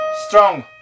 strong